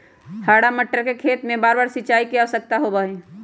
हरा मटर के खेत में बारबार सिंचाई के आवश्यकता होबा हई